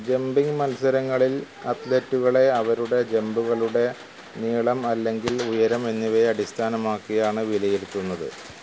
jumping മത്സരങ്ങളിൽ അത്ലറ്റുകളെ അവരുടെ ജമ്പുകളുടെ നീളം അല്ലെങ്കിൽ ഉയരം എന്നിവയെ അടിസ്ഥാനമാക്കിയാണ് വിലയിരുത്തുന്നത്